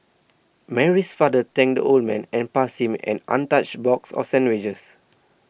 Mary's father thanked the old man and passed him an untouched box of sandwiches